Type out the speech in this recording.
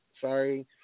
sorry